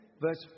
Verse